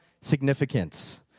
significance